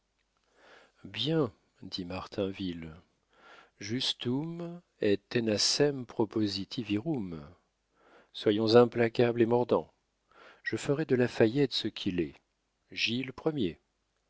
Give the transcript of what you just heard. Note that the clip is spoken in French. bien dit martinville justum et tenacem propositi virum soyons implacables et mordants je ferai de lafayette ce qu'il est